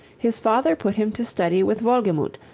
his father put him to study with wolgemut,